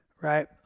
right